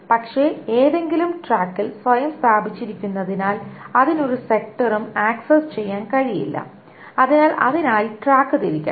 പക്ഷേ ഏതെങ്കിലും ട്രാക്കിൽ സ്വയം സ്ഥാപിച്ചിരിക്കുന്നതിനാൽ അതിന് ഒരു സെക്ടറും ആക്സസ് ചെയ്യാൻ കഴിയില്ല അതിനാൽ അതിനായി ട്രാക്ക് തിരിക്കണം